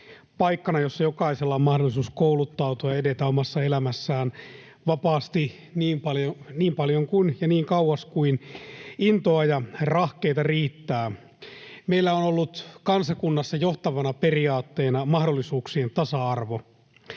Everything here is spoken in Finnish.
paikkana, jossa jokaisella on mahdollisuus kouluttautua ja edetä omassa elämässään vapaasti niin paljon ja niin kauas kuin intoa ja rahkeita riittää. Meillä on ollut kansakunnassa johtavana periaatteena mahdollisuuksien tasa-arvo.